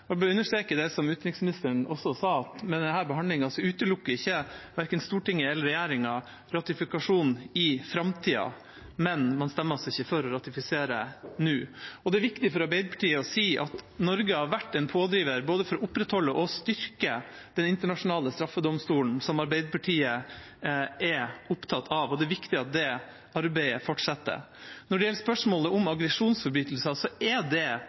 utelukker ikke verken Stortinget eller regjeringa ratifikasjon i framtida, men man stemmer altså ikke for å ratifisere nå. Det er viktig for Arbeiderpartiet å si at Norge har vært en pådriver for både å opprettholde og styrke Den internasjonale straffedomstolen, som Arbeiderpartiet er opptatt av, og det er viktig at det arbeidet fortsetter. Når det gjelder spørsmålet om aggresjonsforbrytelser, er det omstridt, og det gjenstår mye usikkerhet å avklare for om det er sikkert at det